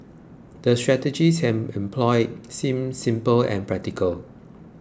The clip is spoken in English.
the strategies he employed seemed simple and practical